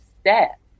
step